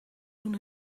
toen